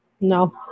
No